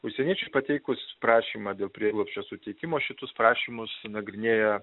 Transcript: užsieniečiui pateikus prašymą dėl prieglobsčio suteikimo šitus prašymus nagrinėja